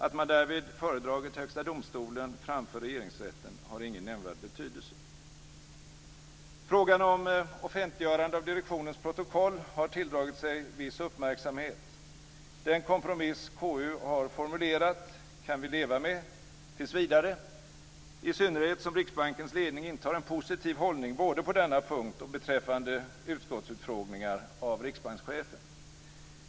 Att man därvid föredragit Högsta domstolen framför Regeringsrätten har ingen nämnvärd betydelse. Frågan om offentliggörande av direktionens protokoll har tilldragit sig viss uppmärksamhet. Den kompromiss KU har formulerat kan vi leva med tills vidare - i synnerhet som Riksbankens ledning intar en positiv hållning både på denna punkt och beträffande utskottsutfrågningar av riksbankschefen.